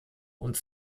und